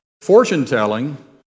fortune-telling